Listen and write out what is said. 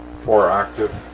four-octave